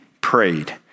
prayed